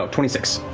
ah twenty six.